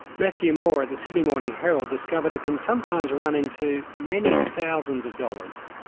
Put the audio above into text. matthew moore at the sydney morning herald discovered it can sometimes run into many thousands of dollars.